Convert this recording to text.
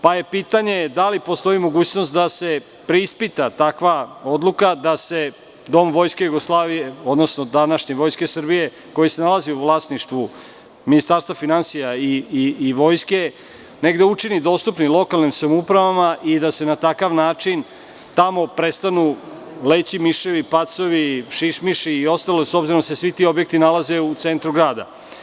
Pitanje je – da li postoji mogućnost da se preispita takva odluka da se Dom Vojske Jugoslavije, odnosno današnje Vojske Srbije, koji se nalazi u vlasništvu Ministarstva finansija i Vojske negde učini dostupnim lokalnim samoupravama i da na takav način tamo prestanu da se izlegaju miševi, pacovi, šišmiši i slično, s obzirom da se svi ti objekti nalaze u centru grada?